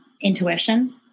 intuition